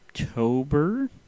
October